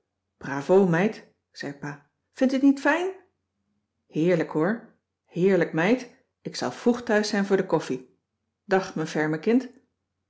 bravo meid zei pa vindt u t niet fijn heerlijk hoor heerlijk meid ik zal vroeg thuis zijn voor de koffie dag m'n ferme kind